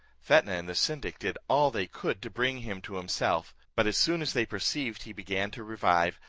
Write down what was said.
fetnah and the syndic did all they could to bring him to himself but as soon as they perceived he began to revive,